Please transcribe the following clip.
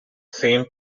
same